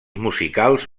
musicals